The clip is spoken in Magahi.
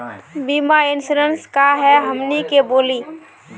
बीमा इंश्योरेंस का है हमनी के बोली?